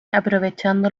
aprovechando